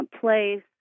place